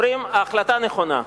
אומרים: ההחלטה נכונה,